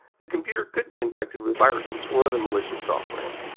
the computer could be infected with viruses or other malicious software.